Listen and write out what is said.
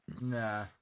Nah